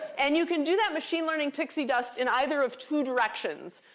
and you can do that machine learning pixie dust in either of two directions.